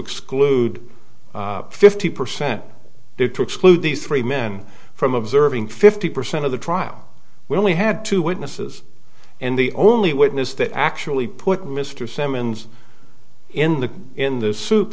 exclude fifty percent it to exclude these three men from observing fifty percent of the trial we only had two witnesses and the only witness that actually put mr simmons in the in the soup